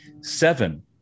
Seven